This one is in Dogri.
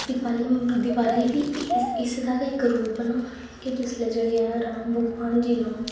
दिवाली दिवाली बी इस दा गै इक रूप ऐ जिसलै भगवान गी लोग